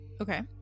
Okay